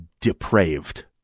depraved